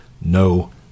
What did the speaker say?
no